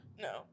No